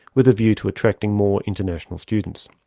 with a view to attracting more international students.